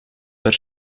per